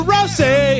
Rosie